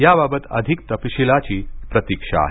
याबाबत अधिक तपशिलाची प्रतीक्षा आहे